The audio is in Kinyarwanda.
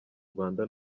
rwanda